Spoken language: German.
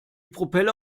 propeller